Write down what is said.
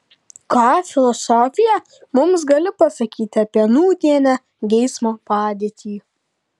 ką filosofija mums gali pasakyti apie nūdienę geismo padėtį